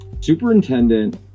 Superintendent